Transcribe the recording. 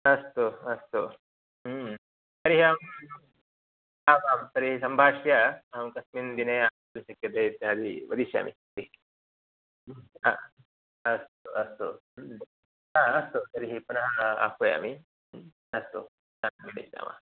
अस्तु अस्तु तर्हि अहम् आमां तर्हि सम्भाष्य अहं कस्मिन् दिने आगन्तुं शक्यते इत्यादि वदिष्यामि तर्हि हा अस्तु अस्तु अस्तु तर्हि पुनः आह्वयामिअस्तु मिलिष्यामः